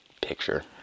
picture